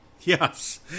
yes